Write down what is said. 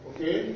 Okay